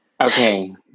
Okay